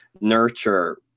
nurture